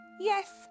Yes